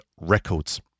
Records